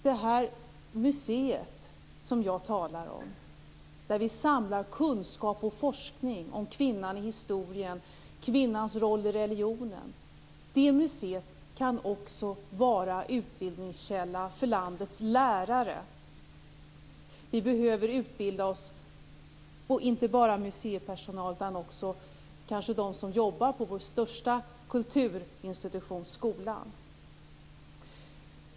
Det museum som jag talar om, där vi samlar kunskap och forskning om kvinnan i historien och kvinnans roll i religionen, kan också vara en utbildningskälla för landets lärare. Vi behöver utbilda oss. Det gäller inte bara museipersonal utan också dem som jobbar på vår största kulturinstitution, skolan.